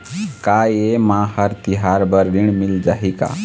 का ये मा हर तिहार बर ऋण मिल जाही का?